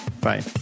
Bye